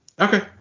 okay